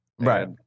Right